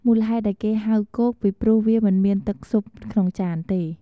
មូលហេតុដែលគេហៅថា "គោក" ពីព្រោះវាមិនមានទឹកស៊ុបក្នុងចានទេ។